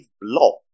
Block